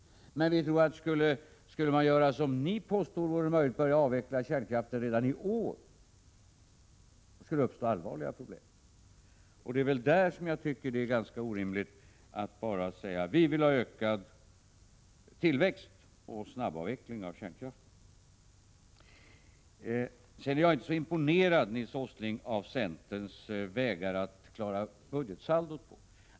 Om vi skulle göra så som ni påstår vara möjligt, dvs. börja avveckla kärnkraften redan i år, skulle det uppstå allvarliga problem. Det är orimligt att bara säga att man vill ha både ökad tillväxt och snabbavveckling av kärnkraften. Jag är inte så imponerad, Nils Åsling, av centerns sätt att klara budgetsaldot.